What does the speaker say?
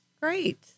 Great